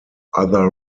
other